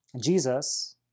Jesus